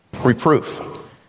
Reproof